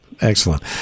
Excellent